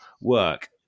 work